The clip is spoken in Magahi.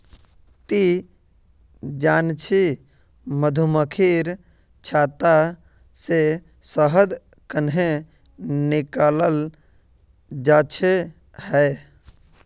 ती जानछि मधुमक्खीर छत्ता से शहद कंन्हे निकालाल जाच्छे हैय